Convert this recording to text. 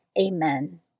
Amen